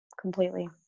Completely